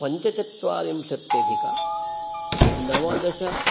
पञ्चचात्वारिंशत्यधिकनवदश